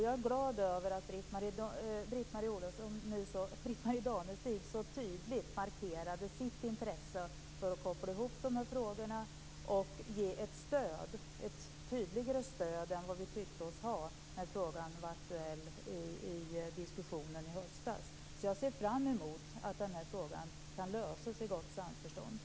Jag är glad över att Britt-Marie Danestig så tydligt markerade sitt intresse för att koppla ihop de här frågorna och för att ge ett klarare stöd än vi tyckte oss ha när frågan var aktuell i diskussionen i höstas. Jag ser fram emot att den här frågan kan lösas i gott samförstånd.